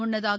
முன்னதாக